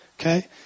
okay